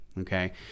Okay